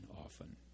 often